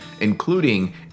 including